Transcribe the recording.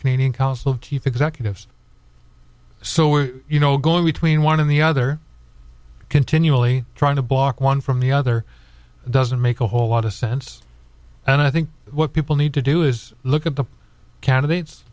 canadian council of chief executives so you know going between one and the other continually trying to block one from the other doesn't make a whole lot of sense and i think what people need to do is look at the candidates